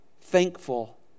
thankful